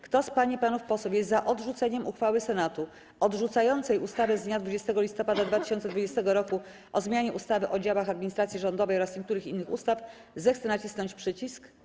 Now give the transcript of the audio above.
Kto z pań i panów posłów jest za odrzuceniem uchwały Senatu odrzucającej ustawę z dnia 20 listopada 2020 r. o zmianie ustawy o działach administracji rządowej oraz niektórych innych ustaw, zechce nacisnąć przycisk.